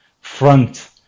front